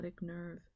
nerve